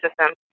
system